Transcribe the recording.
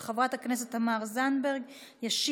מס'